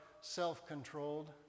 self-controlled